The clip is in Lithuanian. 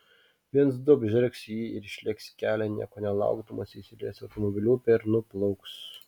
viens du apžergs jį ir išlėks į kelią nieko nelaukdamas įsilies į automobilių upę ir nuplauks